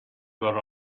got